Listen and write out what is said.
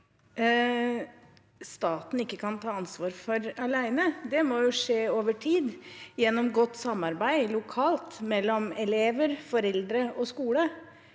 staten ikke kan ta ansvar for alene. Det må skje over tid gjennom et godt samarbeid lokalt mellom elever, foreldre og skole.